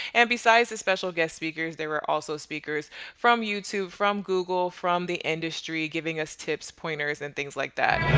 and besides the special guest speakers, there were also speakers from youtube, from google, from the industry giving us tips, pointers and things like that.